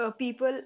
People